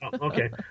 Okay